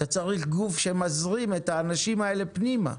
אתה צריך גוף שמזרים את האנשים האלה פנימה.